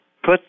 put